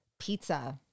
pizza